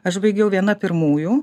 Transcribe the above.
aš baigiau viena pirmųjų